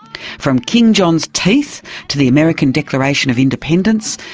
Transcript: from king john's teeth to the american declaration of independence,